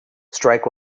strike